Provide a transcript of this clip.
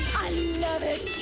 i love it!